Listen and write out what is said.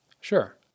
sure